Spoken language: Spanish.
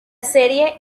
serie